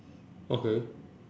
okay